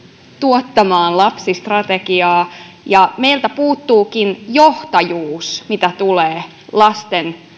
tuottamaan lapsistrategiaa meiltä puuttuukin johtajuus mitä tulee lasten